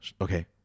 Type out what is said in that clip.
okay